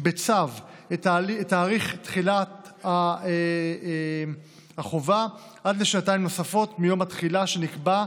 בצו את תאריך תחילת החובה עד לשנתיים נוספות מיום התחילה שנקבע,